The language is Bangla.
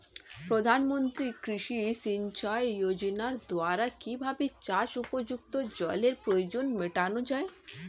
প্রধানমন্ত্রী কৃষি সিঞ্চাই যোজনার দ্বারা কিভাবে চাষ উপযুক্ত জলের প্রয়োজন মেটানো য়ায়?